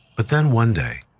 but then one day,